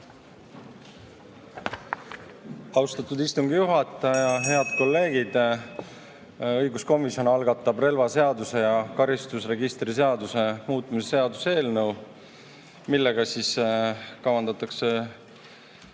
Austatud istungi juhataja! Head kolleegid! Õiguskomisjon algatab relvaseaduse ja karistusregistri seaduse muutmise seaduse eelnõu, millega kavandatakse